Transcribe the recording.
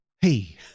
hey